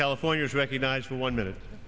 california is recognized for one minute